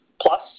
plus